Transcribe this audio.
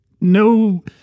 no